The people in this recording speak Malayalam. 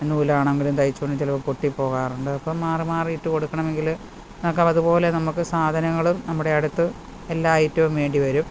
നൂലാണെങ്കിലും തയ്ച്ചു കൊണ്ട് ചിലപ്പം പൊട്ടി പോകാറുണ്ട് അപ്പം മാറി മാറി ഇട്ട് കൊടുക്കണമെങ്കിൽ അത് കണക്ക് അതുപോലെ നമ്മൾക്ക് സാധനങ്ങൾ നമ്മുടെ അടുത്ത് എല്ലാ ഐറ്റവും വേണ്ടി വരും